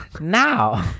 now